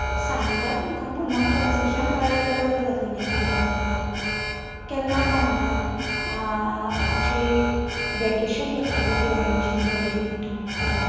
सांगतात तुमकां म्हाका कंसेशन कळ्ळें जाल्यार बरें जातलें न्ही बुकींग करपाक केन्ना गा म्हणटा आ आमची वेकेशन पडटली पळय दिवाळेची हॉलिडे पडटली पळय तेंतून